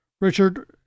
Richard